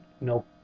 no